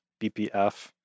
BPF